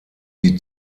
die